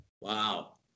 Wow